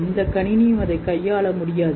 எந்த கணினியும் அதைக் கையாள முடியாது